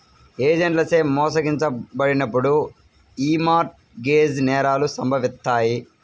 ఏజెంట్లచే మోసగించబడినప్పుడు యీ మార్ట్ గేజ్ నేరాలు సంభవిత్తాయి